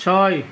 ছয়